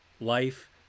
Life